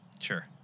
Sure